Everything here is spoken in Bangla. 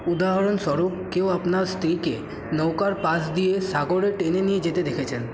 উদাহরণস্বরূপ কেউ আপনার স্ত্রীকে নৌকার পাশ দিয়ে সাগরে টেনে নিয়ে যেতে দেখেছেন